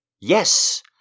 Yes